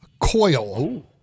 Coil